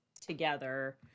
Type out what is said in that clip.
together